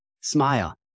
Smile